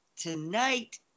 tonight